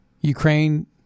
Ukraine